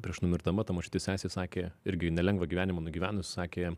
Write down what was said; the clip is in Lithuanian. prieš numirdama ta močiutės sesė sakė irgi nelengvą gyvenimą nugyvenusi sakė